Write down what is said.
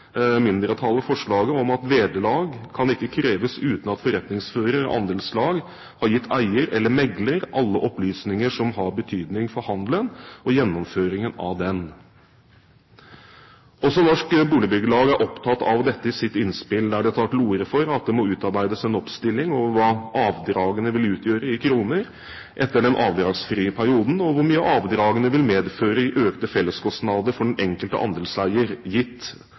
mindretallet følgende forslag: «Vederlag kan ikkje krevjast utan at forretningsførar/andelslaget har gitt eigar eller meklar alle opplysningar som har betydning for handelen og gjennomføringa av denne.» Også Norske Boligbyggelags Landsforbund er opptatt av dette i sitt innspill, der de tar til orde for at det må utarbeides en oppstilling over hva avdragene vil utgjøre i kroner etter den avdragsfrie perioden, og hvor mye avdragene vil medføre i økte felleskostnader for den enkelte andelseier, gitt